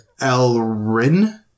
elrin